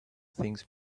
things